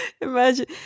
imagine